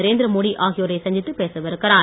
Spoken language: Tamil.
நரேந்திரமோடி ஆகியோரை சந்தித்து பேசவிருக்கிறார்